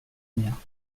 mère